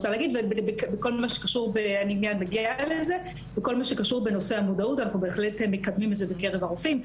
בכל מה שקשור בנושא המודעות אנחנו בהחלט מקדמים את זה בקרב הרופאים.